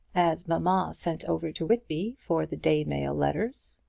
as mamma sent over to whitby for the day mail letters.